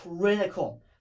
critical